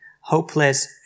hopeless